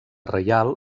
reial